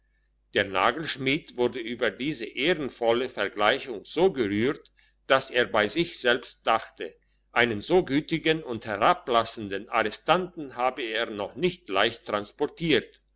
der nagelschmied wurde über diese ehrenvolle vergleichung so gerührt dass er bei sich selbst dachte einen so gütigen und herablassenden arrestanten habe er noch nicht leicht transportiert